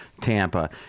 Tampa